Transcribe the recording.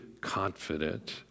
confident